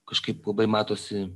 kažkaip labai matosi